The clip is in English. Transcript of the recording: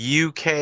UK